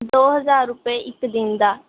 ਦੋ ਹਜ਼ਾਰ ਰੁਪਏ ਇੱਕ ਦਿਨ ਦਾ